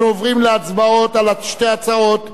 אנחנו עוברים להצבעות על שתי הצעות לסדר-היום,